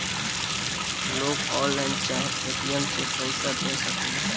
लोग ऑनलाइन चाहे ए.टी.एम से पईसा भेज सकेला